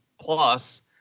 plus